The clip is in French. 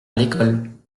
l’école